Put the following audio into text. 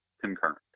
concurrent